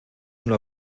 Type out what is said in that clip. una